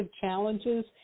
challenges